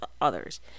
others